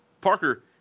Parker